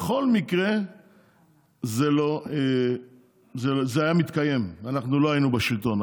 בכל מקרה זה היה מתקיים, אנחנו לא היינו בשלטון.